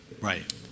Right